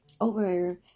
over